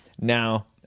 now